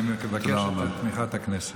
אני מבקש את תמיכת הכנסת.